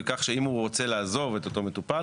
ואם הוא רוצה לעזוב את אותו מטופל,